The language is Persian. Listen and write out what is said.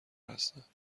هستند